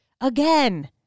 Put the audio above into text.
again